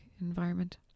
environment